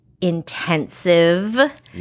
intensive